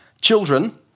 Children